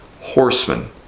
horsemen